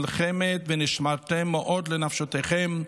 מלחמת "ונשמרתם מאוד לנפשותיכם",